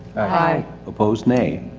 aye. opposed nay.